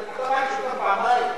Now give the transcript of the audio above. אתה מעניש אותם פעמיים.